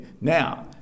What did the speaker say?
Now